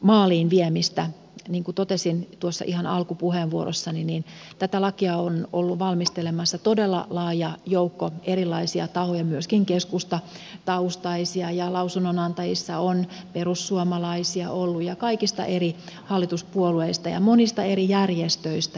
niin kuin totesin tuossa ihan alkupuheenvuorossani tätä lakia on ollut valmistelemassa todella laaja joukko erilaisia tahoja myöskin keskustataustaisia ja lausunnonantajissa on perussuomalaisia ollut ja kaikista eri hallituspuolueista ja monista eri järjestöistä